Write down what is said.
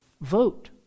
Vote